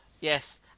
Yes